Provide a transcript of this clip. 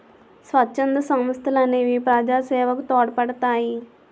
స్వచ్ఛంద సంస్థలనేవి ప్రజాసేవకు తోడ్పడతాయి